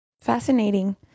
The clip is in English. Fascinating